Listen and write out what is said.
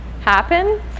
happen